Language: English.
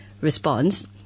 response